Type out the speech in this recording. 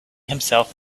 himself